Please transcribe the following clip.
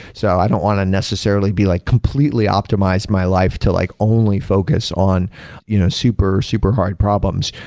so i don't want to necessarily be like completely optimize my life to like only focus on you know super super hard problems.